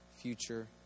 future